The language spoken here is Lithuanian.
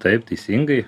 taip teisingai